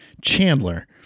Chandler